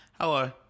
Hello